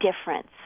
difference